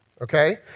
okay